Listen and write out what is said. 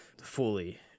fully